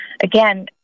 again